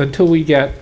until we get